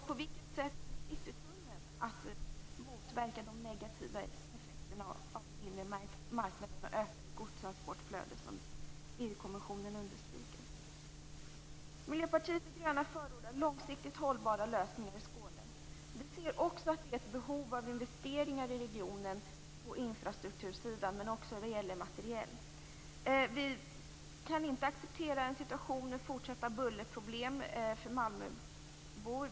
På vilket sätt kommer Citytunneln att motverka de negativa effekterna av den inre marknaden och det ökade godstransportflöde som EU-kommissionen talar om? Miljöpartiet de gröna förordar långsiktigt hållbara lösningar i Skåne. Vi ser också ett behov av investeringar i regionen främst på infrastruktursidan men också när det gäller materiel. Vi kan inte acceptera en situation med fortsatta bullerproblem för malmöbor.